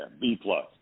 B-plus